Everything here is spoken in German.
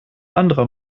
anderer